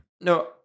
no